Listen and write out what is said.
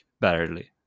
barely